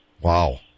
Wow